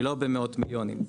היא לא במאות מיליונים,